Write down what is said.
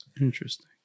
Interesting